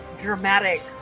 dramatic